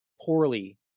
poorly